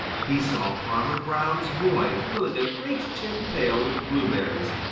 he saw farmer brown's boy filling a great tin pail with blueberries,